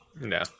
No